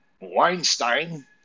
Weinstein